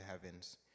heavens